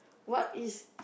what is